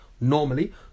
Normally